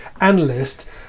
analyst